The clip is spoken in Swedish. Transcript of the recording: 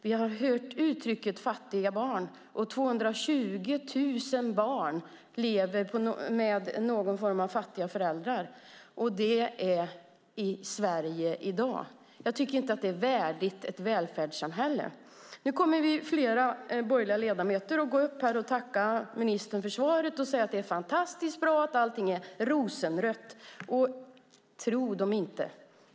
Vi har hört uttrycket fattiga barn, och 220 000 barn lever med föräldrar som i någon form är fattiga. Detta sker i Sverige i dag. Jag tycker inte att det är värdigt ett välfärdssamhälle. Nu kommer flera borgerliga ledamöter att gå upp här och tacka ministern för svaret och säga att det är fantastiskt bra och att allting är rosenrött. Men tro dem inte!